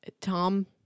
Tom